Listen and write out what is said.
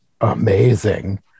amazing